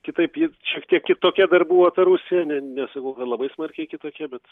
kitaip ji šiek tiek kitokia dar buvo ta rusija ne nesakau kad labai smarkiai kitokia bet